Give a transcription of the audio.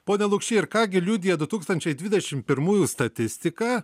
pone lukšy ir ką gi liudija du tūkstančiai dvidešim pirmųjų statistika